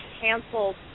canceled